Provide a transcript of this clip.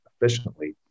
efficiently